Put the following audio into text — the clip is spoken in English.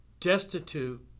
destitute